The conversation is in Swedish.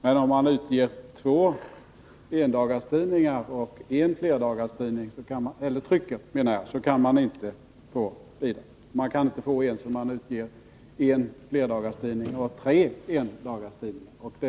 Men om man trycker två endagstidningar och en flerdagarstidning kan man inte få lån, och inte ens om man trycker en flerdagarstidning och tre endagstidningar kan man få det.